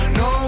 no